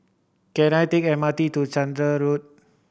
can I take M R T to Chander Road